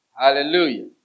Hallelujah